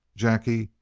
jacky,